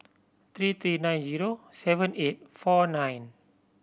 three three nine zero seven eight four nine